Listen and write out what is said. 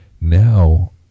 Now